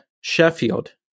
Sheffield